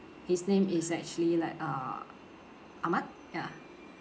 his name is actually like uh ahmad ya